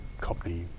company